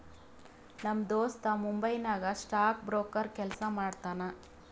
ನಮ್ ದೋಸ್ತ ಮುಂಬೈ ನಾಗ್ ಸ್ಟಾಕ್ ಬ್ರೋಕರ್ ಕೆಲ್ಸಾ ಮಾಡ್ತಾನ